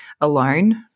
alone